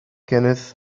kenneth